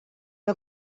que